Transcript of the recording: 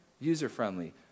User-friendly